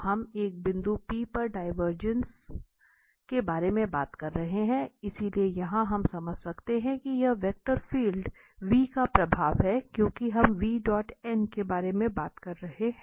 तो हम एक बिंदु P पर दिवेर्जेंस के बारे में बात कर रहे हैं इसलिए यहां हम समझ सकते हैं कि यह वेक्टर फील्ड 𝑣⃗ का प्रवाह है क्योंकि हम 𝑣⃗⋅𝑛 के बारे में बात कर रहे हैं